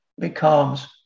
becomes